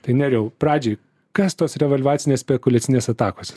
tai nerijau pradžiai kas tos revalvacinės spekuliacinės atakos